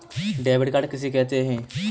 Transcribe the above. Credit card किसे कहते हैं?